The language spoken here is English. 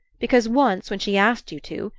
because once, when she asked you to,